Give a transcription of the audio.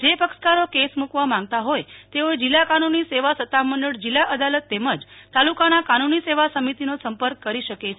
જે પક્ષકારો કેસ મુકવા માંગતા હોય તેઓએ જિલ્લા કાનુની સેવા સત્તામંડળ જિલ્લા અદાલત તેમજ તાલુકાના કાનુની સમિતિનો સંપર્ક કરી શકે છે